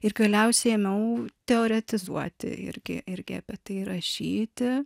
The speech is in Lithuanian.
ir galiausiai ėmiau teoretizuoti irgi irgi apie tai rašyti